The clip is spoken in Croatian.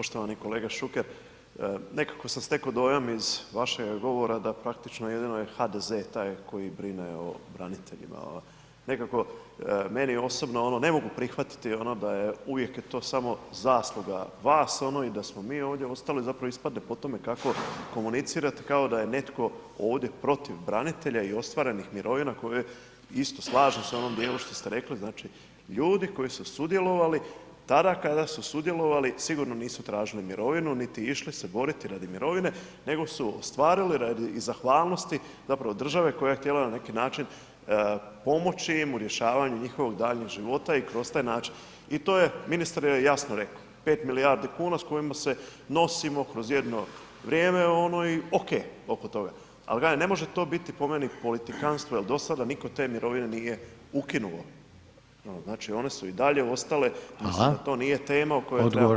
Poštovani kolega Šuker, nekako sam steko dojam iz vašega govora da praktično jedino je HDZ taj koji brine o braniteljima, nekako meni osobno, ne mogu prihvatiti da je uvijek je to samo zasluga vas i da smo mi ovdje ostali, zapravo ispada po tome kako komunicirate kao da je netko ovdje protiv branitelja i ostvarenih mirovina koje isto, slažem se u onom dijelu što ste rekli, znači ljudi koji su sudjelovali tada kada su sudjelovali sigurno nisu tražili mirovinu, niti išli se boriti radi mirovine, nego su ostvarili radi iz zahvalnosti zapravo države koja je htjela na neki način pomoći im u rješavanju njihovog daljnjeg života i kroz taj način, i to je ministar jasno reko, 5 milijardi kuna s kojima se nosimo kroz jedno vrijeme i okej oko toga, al kažem, ne može to biti po meni politikanstvo jel do sada nitko te mirovine nije ukinuo, znači i one su i dalje ostale [[Upadica: Hvala]] mislim da to nije tema o kojoj trebamo ovdje razgovarati.